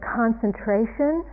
concentration